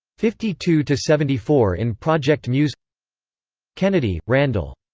fifty two two seventy four in project muse kennedy, randall.